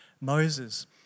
Moses